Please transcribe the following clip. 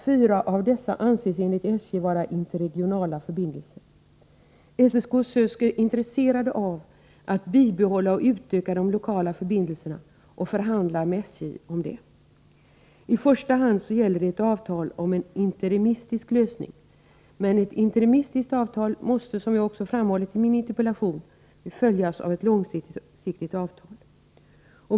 Fyra av dessa anses enligt SJ vara interregionala förbindelser. SSK och SÖSK är intresserade av att bibehålla och utöka de lokala förbindelserna och förhandlar med SJ om detta. I första hand gäller det ett avtal om en interimistisk lösning. Men ett interimistiskt avtal måste, som jag framhållit i min interpellation, följas av ett långsiktigt avtal.